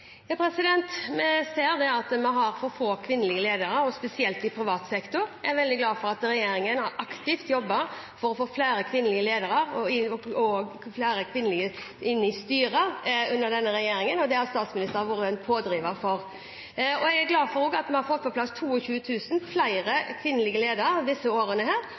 Vi ser at vi har for få kvinnelige ledere, og spesielt i privat sektor. Jeg er veldig glad for at regjeringen har jobbet aktivt for å få flere kvinnelige ledere og også flere kvinner inn i styrer under denne regjeringen. Det har statsministeren vært en pådriver for. Jeg er også glad for at vi har fått på plass 22 000 flere kvinnelige ledere i disse årene.